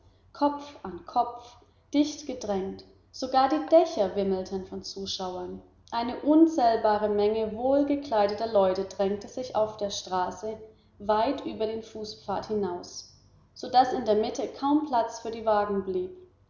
kopf an kopf dicht gedrängt sogar die dächer wimmelten von zuschauern eine unzählbare menge wohlgekleideter leute drängte sich auf der straße weit über den fußpfad hinaus so daß in der mitte kaum platz für die wagen blieb